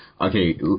okay